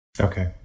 okay